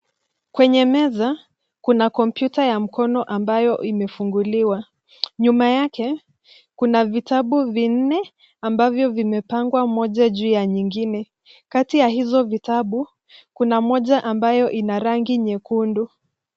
Kwenye meza kuna kompyuta ya mkono ambayo imefunguliwa. Nyuma yake kuna vitabu vinne ambavyo vimepangwa moja juu ya nyingine. Kati ya hizo vitabu kuna moja ambayo ina rangi nyekundu.